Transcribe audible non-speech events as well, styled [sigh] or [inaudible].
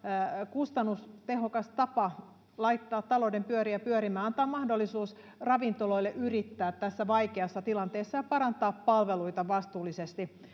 kustannustehokas tapa laittaa talouden pyöriä pyörimään antaa mahdollisuus ravintoloille yrittää tässä vaikeassa tilanteessa ja parantaa palveluita vastuullisesti [unintelligible]